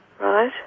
Right